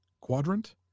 quadrant